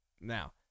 Now